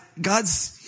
God's